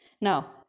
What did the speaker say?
Now